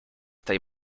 tej